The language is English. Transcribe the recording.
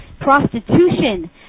prostitution